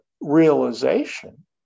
realization